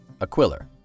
Aquiller